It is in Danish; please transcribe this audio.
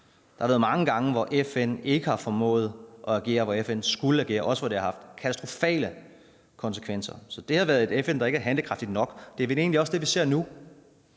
Der har været mange gange, hvor FN ikke har formået at agere, hvor FN skulle agere, også hvor det haft katastrofale konsekvenser. Så det har været et FN, der ikke er handlekraftigt nok. Det er vel egentlig også det, vi ser nu.